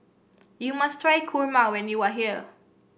you must try Kurma when you are here